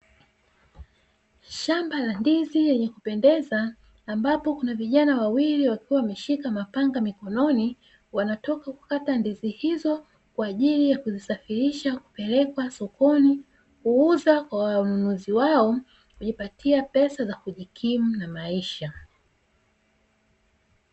Shamba la ndizi lenye kupendeza, ambapo kuna vijana wawili wakiwa wameshika mapanga mikononi, wanatoka kukata ndizi hizo kwa ajili ya kuzisafirisha na kupelekwa sokoni kuuza; wanunuzi wao kujipatia pesa za kujikimu na maisha.